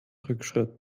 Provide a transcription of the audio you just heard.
rückschritt